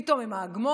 פתאום הם ההגמוניה,